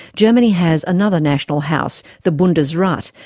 germany has another national house, the bundesrat,